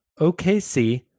OKC